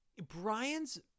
Brian's